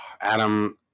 Adam